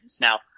Now